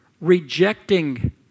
rejecting